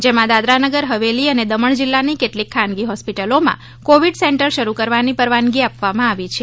જેમાં દાદરા નગર હવેલી અને દમણ જિલ્લાની કેટલીક ખાનગી હોસ્પિટલોમાં કોવિડ સેન્ટર શરૂ કરવાની પરવાનગી આપવામાં આવી છે